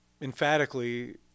emphatically